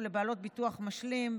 ולבעלות ביטוח משלים,